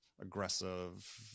aggressive